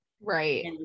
right